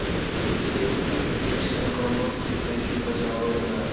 गेहूँ के कीट संक्रमण से कइसे बचावल जा?